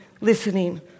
listening